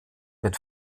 mit